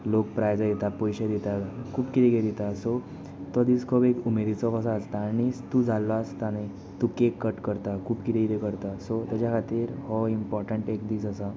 लोक प्रायझां दिता पयशे दिता खूब कितें कितें दिता सो तो दीस खूब उमेदीचो कसो आसता आनी तूं जाल्लो आसता न्ही तूं केक कट करता खूब कितें कितें करता सो ताज्या खातीर हो इमपोटंट एक दीस आसा